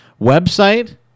website